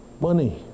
money